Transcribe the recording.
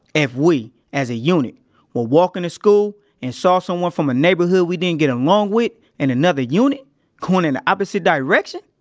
if we as a unit were walking to school and saw someone from a neighborhood we didn't get along with in another unit going in the opposite direction,